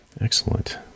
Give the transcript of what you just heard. excellent